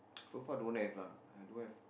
so far don't have lah I don't have